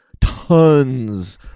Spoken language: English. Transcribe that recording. tons